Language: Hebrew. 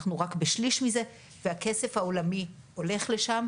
אנחנו רק בשליש זה והכסף העולמי הולך לשם.